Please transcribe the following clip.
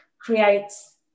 creates